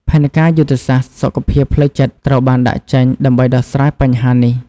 ផែនការយុទ្ធសាស្ត្រសុខភាពផ្លូវចិត្តត្រូវបានដាក់ចេញដើម្បីដោះស្រាយបញ្ហានេះ។